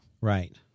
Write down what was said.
Right